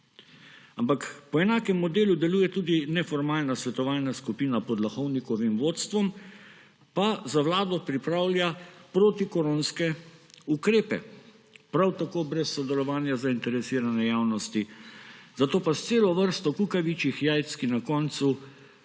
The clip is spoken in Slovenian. Ampak po enakem modelu deluje tudi neformalna svetovalna skupina pod Lahovnikovim vodstvom, pa za Vlado pripravlja protikoronske ukrepe, prav tako brez sodelovanja zainteresirane javnosti, zato pa s celo vrsto kukavičjih jajc, ki na koncu